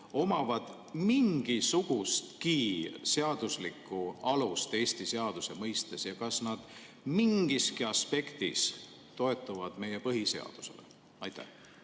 omavad mingisugustki seaduslikku alust Eesti seaduse mõistes. Kas need mingiski aspektis toetuvad meie põhiseadusele? Aitäh,